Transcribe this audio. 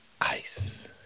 ice